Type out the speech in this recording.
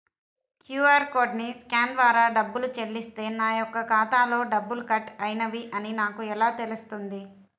QR కోడ్ని scan ద్వారా డబ్బులు చెల్లిస్తే నా యొక్క ఖాతాలో డబ్బులు కట్ అయినవి అని నాకు ఎలా తెలుస్తుంది?